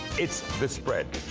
it's the spread.